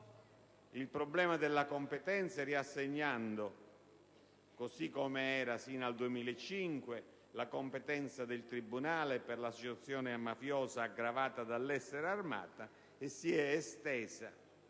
il problema della competenza riassegnando, così come era sino al 2005, la competenza del tribunale per l'associazione mafiosa aggravata dall'essere armata e si è estesa